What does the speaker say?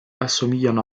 assomigliano